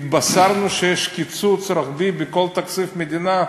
התבשרנו שיש קיצוץ רוחבי בכל תקציב המדינה,